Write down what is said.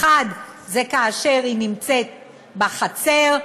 1 זה כאשר היא נמצאת בחצר,